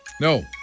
No